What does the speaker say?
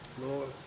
Lord